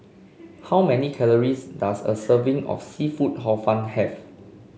how many calories does a serving of seafood Hor Fun have